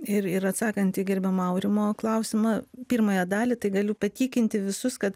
ir ir atsakant į gerbiamo aurimo klausimą pirmąją dalį tai galiu patikinti visus kad